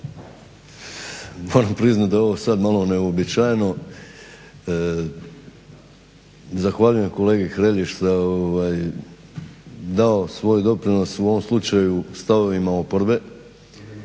Moram priznati da je ovo sad malo neuobičajeno. Zahvaljujem kolegi Hrelji što je dao svoj doprinos u ovom slučaju stavovima oporbe,